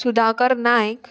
Sudhakar Naik